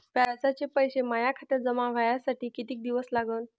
व्याजाचे पैसे माया खात्यात जमा व्हासाठी कितीक दिवस लागन?